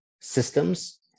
systems